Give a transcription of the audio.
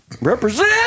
represent